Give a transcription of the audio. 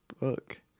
book